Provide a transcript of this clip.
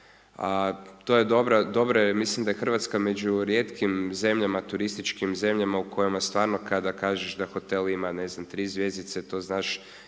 dobro, dobro je, mislim da je Hrvatska među rijetkim zemljama, turističkim zemljama u kojima stvarno kada kažem da hotel ima ne znam, 3 zvjezdice, to znaš